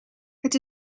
het